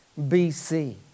BC